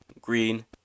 green